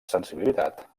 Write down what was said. sensibilitat